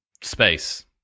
space